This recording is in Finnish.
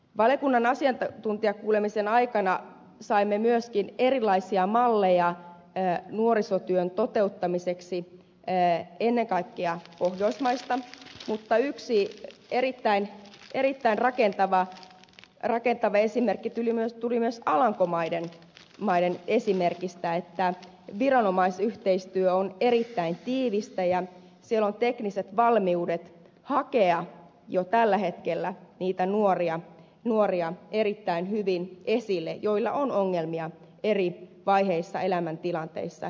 valiokunnan asiantuntijakuulemisen aikana saimme myöskin erilaisia malleja nuorisotyön toteuttamiseksi ennen kaikkea pohjoismaista mutta yksi erittäin rakentava esimerkki tuli myös alankomaiden esimerkistä että viranomaisyhteistyö on erittäin tiivistä ja siellä on tekniset valmiudet hakea jo tällä hetkellä erittäin hyvin esille niitä nuoria joilla on ongelmia eri vaiheissa elämäntilanteita